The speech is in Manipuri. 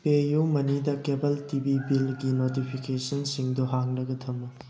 ꯄꯦ ꯌꯨ ꯃꯅꯤꯗ ꯀꯦꯕꯜ ꯇꯤꯚꯤ ꯕꯤꯜꯒꯤ ꯅꯣꯇꯤꯐꯤꯀꯦꯁꯟꯁꯤꯡꯗꯨ ꯍꯥꯡꯂꯒ ꯊꯝꯃꯨ